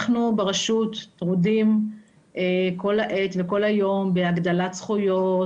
אנחנו ברשות טרודים כל העת וכל היום בהגדלת זכויות,